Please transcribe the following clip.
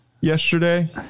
yesterday